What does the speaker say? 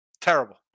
Terrible